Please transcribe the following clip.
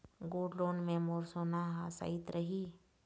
Gold loan मे मोर सोना हा सइत रही न?